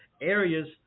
areas